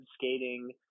skating